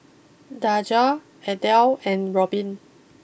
Daja Adel and Robin